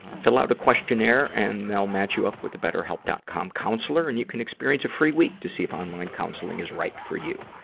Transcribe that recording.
fill out a questionnaire and they'll match you up with a betterhelp. com counselor. and you can experience a free week to see if online counseling is right for you.